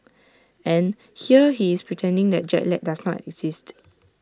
and here he is pretending that jet lag does not exist